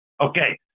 Okay